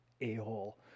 a-hole